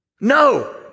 No